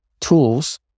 tools